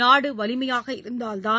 நாடு வலிமையாக இருந்ததால்தான்